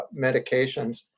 medications